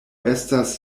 estas